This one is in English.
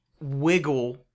wiggle